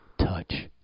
touch